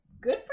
good